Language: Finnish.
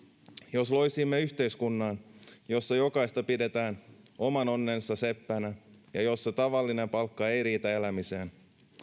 jos loisimme yhteiskunnan jossa jokaista pidetään oman onnensa seppänä ja jossa tavallinen palkka ei riitä elämiseen